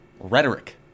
rhetoric